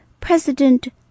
President